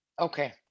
okay